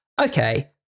okay